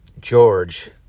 George